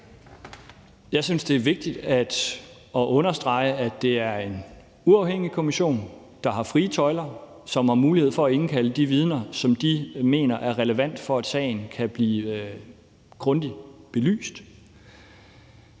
Jeg synes, det er vigtigt at understrege, at det er en uafhængig kommission, der har frie tøjler, og som har mulighed for at indkalde de vidner, som de mener er relevante for, at sagen kan blive grundigt belyst.